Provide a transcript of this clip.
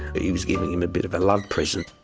he was giving him a bit of a love present.